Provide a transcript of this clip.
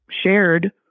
shared